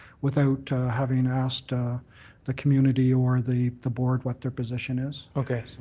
without having asked the community or the the board what their position is. okay.